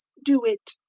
do it.